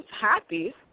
happy